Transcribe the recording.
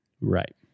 Right